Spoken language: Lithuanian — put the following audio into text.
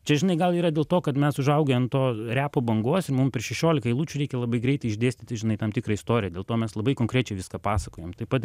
čia žinai gal yra dėl to kad mes užaugę ant to repo bangos ir mum per šešioliką eilučių reikia labai greitai išdėstyti žinai tam tikrą istoriją dėl to mes labai konkrečiai viską pasakojam taip pat